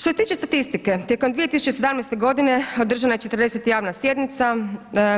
Što se tiče statistike tijekom 2017. godine održana je 40 javna sjednica,